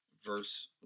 verse